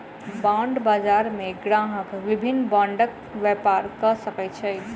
bond बजार मे ग्राहक विभिन्न बांडक व्यापार कय सकै छै